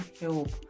help